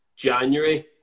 January